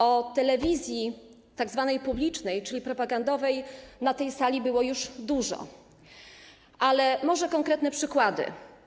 O telewizji tzw. publicznej, czyli propagandowej, na tej sali było już dużo, ale może konkretne przykłady.